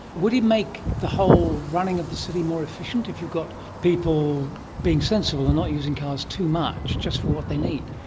would it make the whole running of the city more efficient if you've got people being sensible and not using cars too much, just for what they need?